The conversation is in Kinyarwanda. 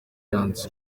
yanditse